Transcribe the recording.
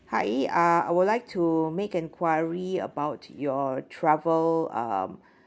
hi uh I would like to make enquiry about your travel um